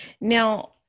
Now